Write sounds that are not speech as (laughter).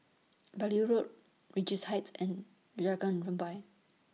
Beaulieu Road Regents Heights and (unintelligible) Rampai